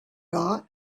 thought